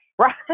Right